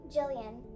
Jillian